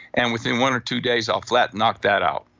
and with one or two days, i'll flat knock that out.